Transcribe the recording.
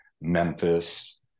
Memphis